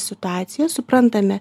situacijo suprantame